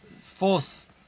force